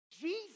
Jesus